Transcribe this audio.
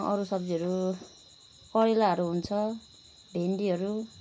अरू सब्जीहरू करेलाहरू हुन्छ भेन्डीहरू